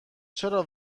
چرا